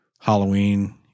Halloween